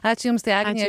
ačiū jums tai agnija